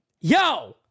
yo